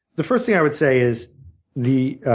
the first thing i would say is the